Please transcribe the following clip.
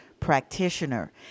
practitioner